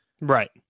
Right